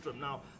now